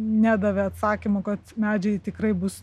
nedavė atsakymo kad medžiai tikrai bus